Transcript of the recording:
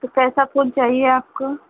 तो कैसा फूल चाहिए आपको